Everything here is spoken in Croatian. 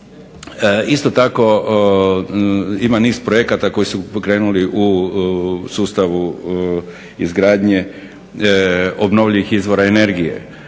Isto tako ima niz projekata koji su pokrenuli u sustavu izgradnje obnovljivih izvora energije.